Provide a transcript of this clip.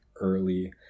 early